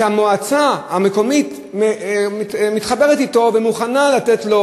והמועצה המקומית מתחברת אתו ומוכנה לתת לו